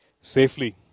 safely